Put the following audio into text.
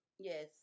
Yes